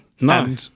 No